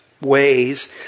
ways